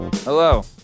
Hello